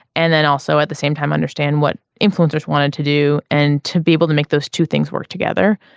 and then also at the same time understand what influencers wanted to do and to be able to make those two things work together.